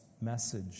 message